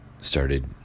started